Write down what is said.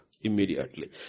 immediately